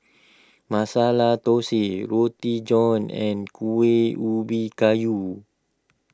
Masala Thosai Roti John and Kueh Ubi Kayu